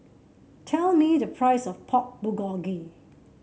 tell me the price of Pork Bulgogi